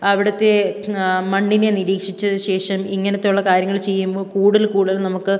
അവിടത്തെ മണ്ണിനെ നിരീക്ഷിച്ച ശേഷം ഇങ്ങനയുള്ള കാര്യങ്ങൾ ചെയ്യുമ്പോൾ കൂടുതൽ കൂടുതൽ നമുക്ക്